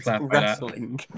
wrestling